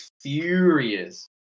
furious